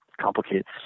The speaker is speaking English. complicates